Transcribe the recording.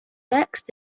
next